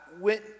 went